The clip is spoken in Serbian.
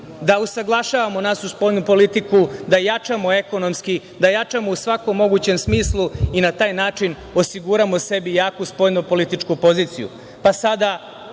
da usaglašavamo našu spoljnu politiku, da jačamo ekonomski, da jačamo u svakom mogućem smislu i na taj način osiguramo sebi jaku spoljnu političku poziciju. Sada